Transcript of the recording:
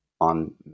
on